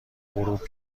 غروب